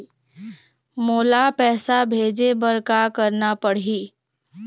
मोला पैसा भेजे बर का करना पड़ही?